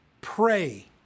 Pray